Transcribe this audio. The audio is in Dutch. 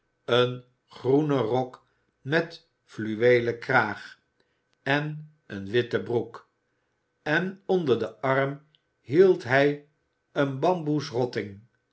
een groenen rok met fluweelen kraag en eene witte broek en onder den arm hield hij een bamboesrotting